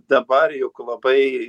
dabar juk labai